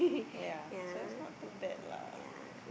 ya so it's not too bad lah